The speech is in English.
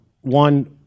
one